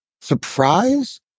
Surprise